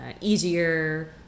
easier